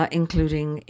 including